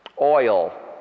Oil